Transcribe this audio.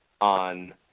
on –